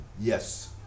Yes